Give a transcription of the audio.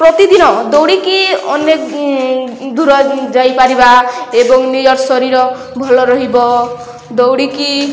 ପ୍ରତିଦିନ ଦୌଡ଼ିକି ଅନେକ ଦୂର ଯାଇପାରିବା ଏବଂ ନିଜର ଶରୀର ଭଲ ରହିବ ଦୌଡ଼ିକି